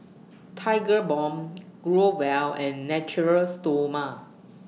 Tigerbalm Growell and Natura Stoma